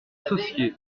associé